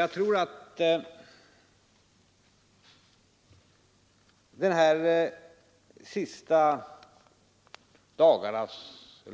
Jag tror nämligen att de senaste